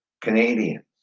Canadians